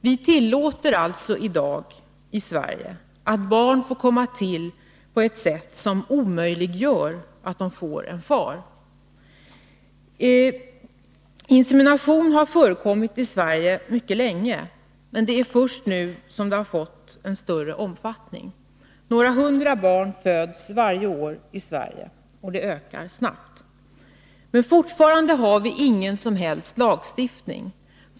Vi tillåter alltså i dag i Sverige att barn får komma till på ett sätt som omöjliggör att de får en far. Insemination har förekommit mycket länge i Sverige, men det är först nu den börjat få en större omfattning. Några hundra barn föds varje år i Sverige, och antalet ökar snabbt. Fortfarande har vi ingen som helst lagstiftning.